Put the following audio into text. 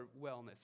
wellness